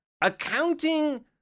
accounting